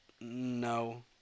No